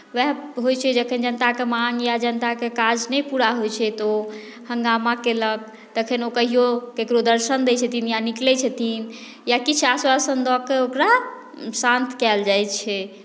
उएह होइत छै जखन जनताके माँग या जनताके काज नहि पूरा होइत छै तऽ ओ हङ्गामा कयलक तखन ओ कहियो ककरो दर्शन दैत छथिन या निकलैत छथिन या किछु आश्वासन दऽ कऽ ओकरा शान्त कयल जाइत छै